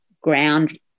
ground